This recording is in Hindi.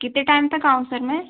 कितने टाइम तक आऊँ सर मैं